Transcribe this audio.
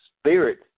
spirit